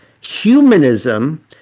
humanism